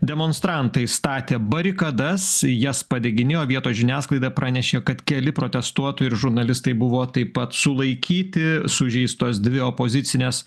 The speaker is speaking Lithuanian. demonstrantai statė barikadas jas padeginėjo vietos žiniasklaida pranešė kad keli protestuotojai ir žurnalistai buvo taip pat sulaikyti sužeistos dvi opozicinės